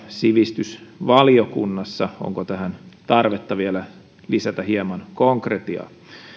sivistysvaliokunnassa lisäpohdintaa onko tähän tarvetta vielä lisätä hieman konkretiaa